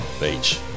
Beach